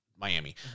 Miami